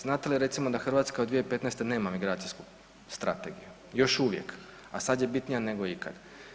Znate li recimo da Hrvatska od 2015. nema Imigracijsku strategiju još uvijek, a sad je bitnija nego ikad.